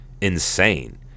insane